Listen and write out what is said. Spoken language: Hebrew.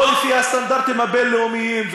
לא לפי הסטנדרטים הבין-לאומיים,